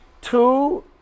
Two